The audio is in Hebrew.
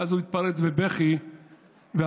ואז הוא התפרץ בבכי ואמר,